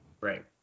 Right